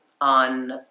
on